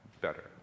better